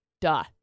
Duh